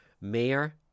mayor